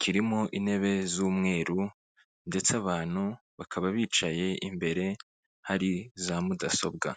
kirimo intebe z'umweru ndetse abantu bakaba bicaye imbere hari za mudasobwa.